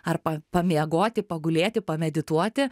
ar pamiegoti pagulėti pamedituoti